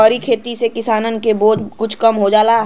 सहरी खेती से किसानन के बोझ कुछ कम हो जाला